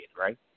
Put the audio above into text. right